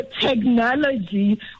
technology